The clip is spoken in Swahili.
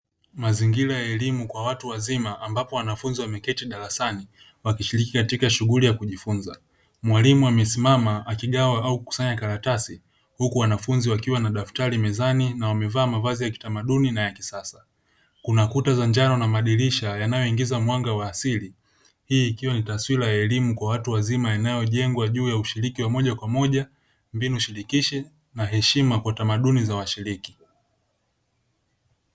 Mazingira ya elimu kwa watu wazima ambapo wanafunzi wameketi darasani; wakishiriki katika shughuli ya kujifunza. Mwalimu amesimama akigawa au kukusanya karatasi, huku wanafunzi wakiwa na daftari mezani na wamevaa mavazi ya kitamaduni na ya kisasa. Kuna kuta za njano na madirisha yanayoingiza mwanga wa asili. Hii ikiwa ni taswira ya elimu kwa watu wazima inayojengwa juu ya ushiriki wa moja kwa moja, mbinu shirikishi na heshima kwa tamaduni za washiriki.